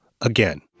again